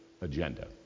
agenda